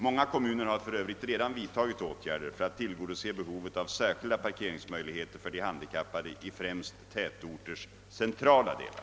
Många kommuner har för övrigt redan vidtagit åtgärder för att tillgodose behovet av särskilda parkeringsmöjligheter för de handikappade i främst tätorters centrala delar.